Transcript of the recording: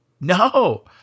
no